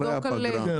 על כך